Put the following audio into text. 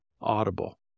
audible